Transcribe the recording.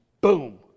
boom